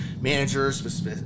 managers